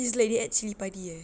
it's like they add cili padi eh